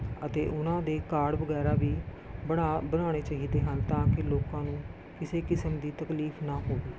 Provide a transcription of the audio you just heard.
ਅਤੇ ਉਹਨਾਂ ਦੇ ਕਾਰਡ ਵਗੈਰਾ ਵੀ ਬਣਾ ਬਣਾਉਣੇ ਚਾਹੀਦੇ ਹਨ ਤਾਂ ਕਿ ਲੋਕਾਂ ਨੂੰ ਕਿਸੇ ਕਿਸਮ ਦੀ ਤਕਲੀਫ ਨਾ ਹੋਵੇ